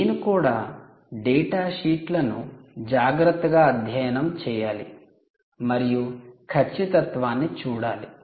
నేను కూడా డేటా షీట్లను జాగ్రత్తగా అధ్యయనం చేయాలి మరియు ఖచ్చితత్వాన్ని చూడాలి